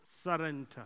Surrender